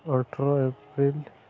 ଅଠର ଏପ୍ରିଲ